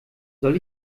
soll